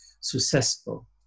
successful